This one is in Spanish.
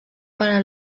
para